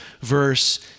verse